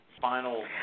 final